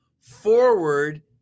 forward